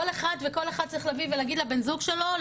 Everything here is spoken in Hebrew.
כל אחד וכל אחת צריך לבוא ולהגיד לבן זוג שלו,